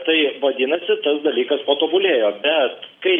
tai vadinasi tas dalykas patobulėjo bet kai